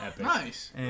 Nice